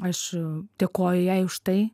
aš dėkoju jai už tai